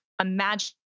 imagine